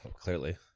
Clearly